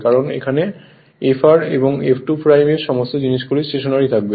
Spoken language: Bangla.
কারণ এখানে Fr এবং F2 এর এই সমস্ত জিনিসগুলি স্টেশনারিই থাকবে